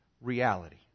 reality